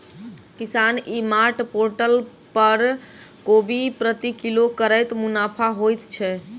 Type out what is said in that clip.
किसान e mart portal पर कोबी प्रति किलो कतै मुनाफा होइ छै?